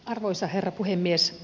arvoisa herra puhemies